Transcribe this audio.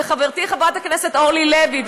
וחברתי חברת הכנסת אורלי לוי,